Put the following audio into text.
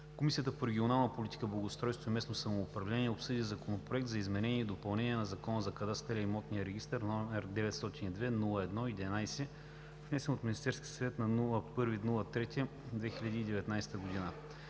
Комисията по регионална политика, благоустройство и местно самоуправление обсъди Законопроект за изменение и допълнение на Закона за кадастъра и имотния регистър, № 902-01-11, внесен от Министерския съвет на 1 март 2019 г.